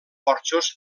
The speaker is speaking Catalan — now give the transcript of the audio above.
porxos